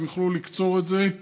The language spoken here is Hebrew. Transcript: והם יוכלו לקצור את זה,